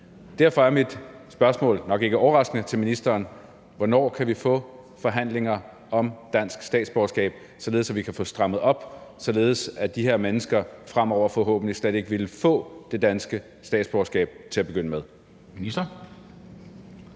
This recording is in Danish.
Derfor er mit spørgsmål, nok ikke overraskende, til ministeren: Hvornår kan vi få forhandlinger om dansk statsborgerskab, således at vi kan få strammet op, således at de her mennesker fremover forhåbentlig slet ikke vil få det danske statsborgerskab til at begynde med?